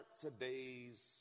today's